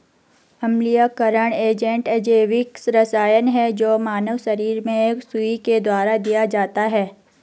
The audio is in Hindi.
अम्लीयकरण एजेंट अजैविक रसायन है जो मानव शरीर में सुई के द्वारा दिया जाता है